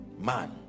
man